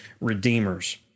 redeemers